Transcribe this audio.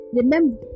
remember